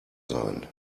sein